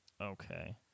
okay